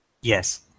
Yes